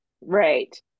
right